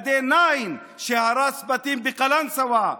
ל-D9 שהרס בתים בקלנסווה.